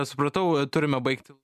supratau turime baigti